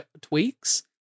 tweaks